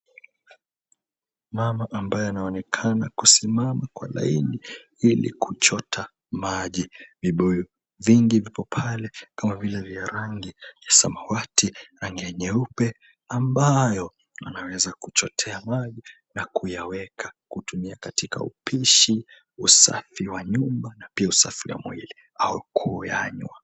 Mama ambaye anaonekana kusimama kwa laini ili kuchota maji. Vibuyu vingi viko pale, kama vile vya rangi samawati na ya nyeupe, ambayo anaweza kuchotea maji na kuyaweka, kutumia katika upishi, usafi wa nyumba na pia usafi wa mwili au kuyanywa.